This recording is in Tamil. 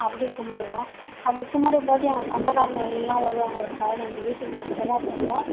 அப்படி கும்பிடுவோம் அப்படி கும்பிடும்போது எங்கள் சொந்தக்காரங்க எல்லாம் வருவாங்க ஒரு பதினஞ்சு வீட்டுக்கு மொத்தமாக போவோம்